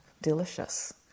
delicious